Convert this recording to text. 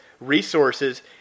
resources